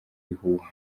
bihuha